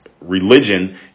religion